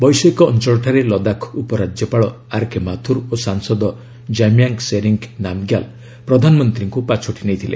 ବୈଷୟିକ ଅଞ୍ଚଳଠାରେ ଲଦାଖ୍ ଉପରାକ୍ୟପାଳ ଆର୍କେ ମାଥୁର୍ ଓ ସାଂସଦ କାମିୟାଙ୍ଗ୍ ସେରିଙ୍ଗ୍ ନାମ୍ଗ୍ୟାଲ୍ ପ୍ରଧାନମନ୍ତ୍ରୀଙ୍କୁ ପାଛୋଟି ନେଇଥିଲେ